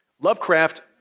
Lovecraft